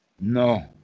No